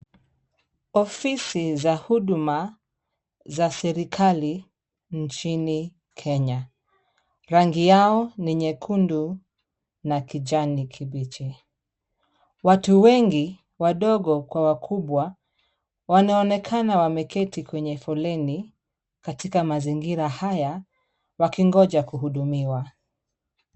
Ofisi za huduma za serikali nchini Kenya. Rangi yao ni nyekundu na kijani kibichi. Watu wengi wadogo kwa wakubwa wanaonekana wameketi kwenye foleni katika mazingira haya wakingoja kuhudumiwa.